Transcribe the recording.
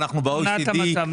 אנחנו ב-OECD.